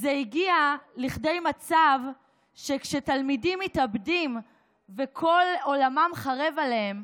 זה הגיע לכדי מצב שתלמידים מתאבדים וכל עולמם חרב עליהם,